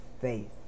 faith